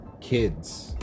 kids